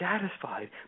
satisfied